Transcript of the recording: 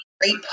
great